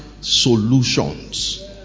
solutions